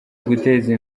uguteza